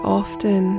often